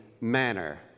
manner